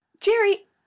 jerry